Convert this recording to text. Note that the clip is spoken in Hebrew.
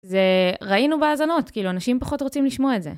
זה ראינו בהאזנות, כאילו אנשים פחות רוצים לשמוע את זה.